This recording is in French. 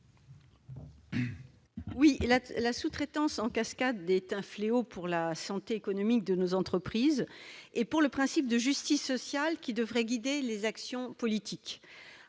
La sous-traitance en cascade est un fléau pour la santé économique de nos entreprises et pour le principe de justice sociale qui devrait guider les actions politiques.